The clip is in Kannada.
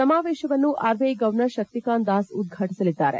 ಸಮಾವೇಶವನ್ನು ಆರ್ಬಿಐ ಗವರ್ನರ್ ಶಕ್ತಿಕಾಂತ್ ದಾಸ್ ಉದ್ವಾಟಸಲಿದ್ದಾರೆ